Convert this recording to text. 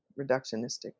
reductionistic